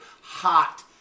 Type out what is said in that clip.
hot